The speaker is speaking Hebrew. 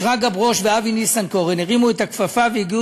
שרגא ברוש ואבי ניסנקורן הרימו את הכפפה והגיעו